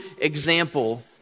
example